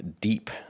deep